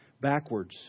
backwards